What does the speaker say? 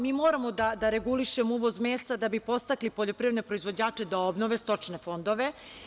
Mi moramo da regulišemo mesa da bi podstakli poljoprivredne proizvođače da obnove stočne fondove.